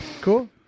Cool